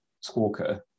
Squawker